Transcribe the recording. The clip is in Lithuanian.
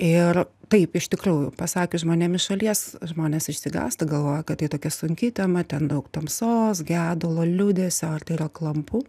ir taip iš tikrųjų pasakius žmonėm iš šalies žmonės išsigąsta galvoja kad tai tokia sunki tema ten daug tamsos gedulo liūdesio ar tai yra klampu